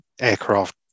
aircraft